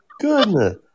goodness